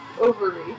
ovary